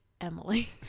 Emily